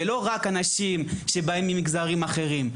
ולא רק אנשים שבאים ממגזרים אחרים.